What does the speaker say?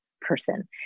person